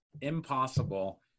impossible